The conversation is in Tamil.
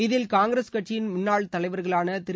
இதில் காங்கிரஸ் கட்சியின் முன்னாள் தலைவர்களான திரு